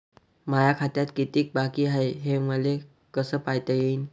माया खात्यात कितीक बाकी हाय, हे मले कस पायता येईन?